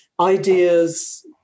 ideas